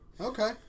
Okay